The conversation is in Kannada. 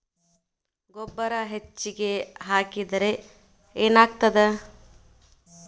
ಗೊಬ್ಬರ ಹೆಚ್ಚಿಗೆ ಹಾಕಿದರೆ ಏನಾಗ್ತದ?